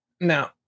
now